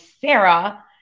Sarah